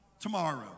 tomorrow